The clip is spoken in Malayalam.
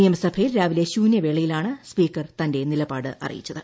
നിയമസഭയിൽ രാവിലെ ശൂന്യവേളയിലാണ് സ്പീക്കർ തന്റെ നിലപാട് അറിയിച്ചത്